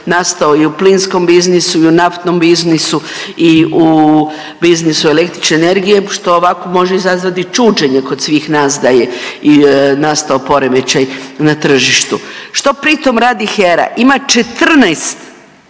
nastao i u plinskom biznisu i u naftnom biznisu i u biznisu električne energije što ova može izazvati čuđenje kod svih nas da je nastao poremećaj na tržištu. Što pritom radi HERA? Ima 14